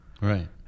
Right